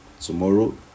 tomorrow